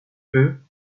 eux